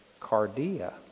Cardia